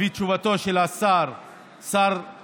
לפי תשובתו של שר המשפטים,